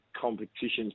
competition's